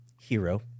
hero